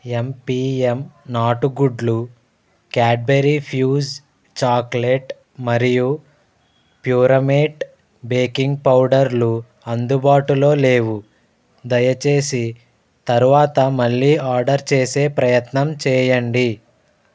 ఎంపీఎం నాటు గుడ్లు Cadbury Fuse chocolate మరియు ప్యూరామేట్ బేకింగ్ పౌడర్లు అందుబాటులో లేవు దయచేసి తరువాత మళ్ళీ ఆర్డర్ చేసే ప్రయత్నం చేయండి